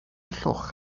llwch